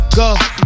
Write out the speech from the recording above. go